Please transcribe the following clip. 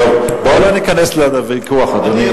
טוב, בואו לא ניכנס לוויכוח, אדוני.